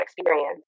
experience